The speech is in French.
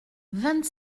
vingt